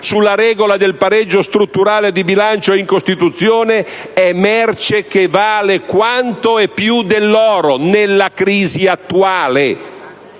sulla regola del pareggio strutturale di bilancio in Costituzione è merce che vale quanto e più dell'oro, nella crisi attuale.